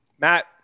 Matt